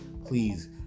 Please